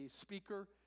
speaker